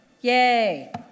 Yay